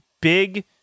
big